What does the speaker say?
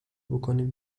بکنیم